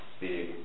big